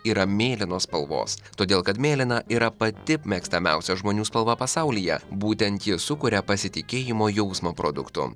yra mėlynos spalvos todėl kad mėlyna yra pati mėgstamiausia žmonių spalva pasaulyje būtent ji sukuria pasitikėjimo jausmą produktu